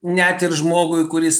net ir žmogui kuris